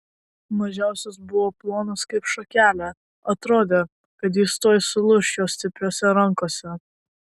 mažiausias buvo plonas kaip šakelė atrodė kad jis tuoj sulūš jo stipriose rankose